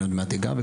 אני עוד מעט אגע.